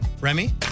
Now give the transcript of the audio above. Remy